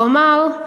הוא אמר,